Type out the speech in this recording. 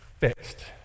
fixed